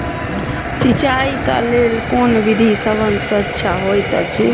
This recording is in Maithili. सिंचाई क लेल कोन विधि सबसँ अच्छा होयत अछि?